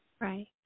Right